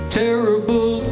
terrible